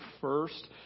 First